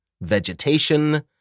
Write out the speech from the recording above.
vegetation